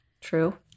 True